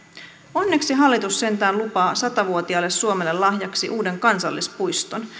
onneksi hallitus sentään lupaa satavuotiaalle suomelle lahjaksi uuden kansallispuiston